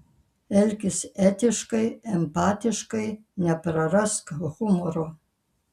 elkis etiškai empatiškai neprarask humoro